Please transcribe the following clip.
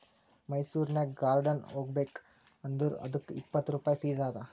ಮೈಸೂರನಾಗ್ ಗಾರ್ಡನ್ ಹೋಗಬೇಕ್ ಅಂದುರ್ ಅದ್ದುಕ್ ಇಪ್ಪತ್ ರುಪಾಯಿ ಫೀಸ್ ಅದಾ